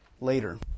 later